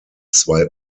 zwei